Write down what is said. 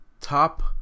Top